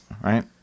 right